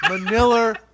Manila